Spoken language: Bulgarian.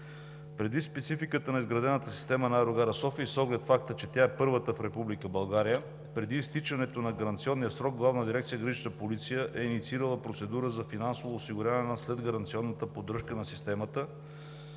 Предвид спецификата на изградената система на аерогара София и с оглед факта, че тя е първата в Република България, преди изтичането на гаранционния срок Главна дирекция „Гранична полиция“ е инициирала процедура за финансово осигуряване на следгаранционната поддръжка на системата